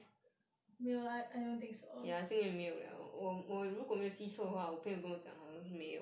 没有 I don't think so